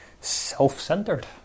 self-centered